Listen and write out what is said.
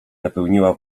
napełniła